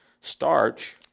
Starch